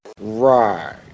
Right